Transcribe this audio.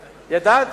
ידעת?